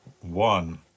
One